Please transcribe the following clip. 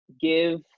give